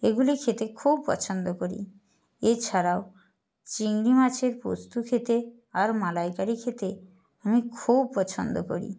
এগুলি খেতে খুব পছন্দ করি এছাড়াও চিংড়ি মাছের পোস্ত খেতে আর মালাইকারি খেতে আমি খুব পছন্দ করি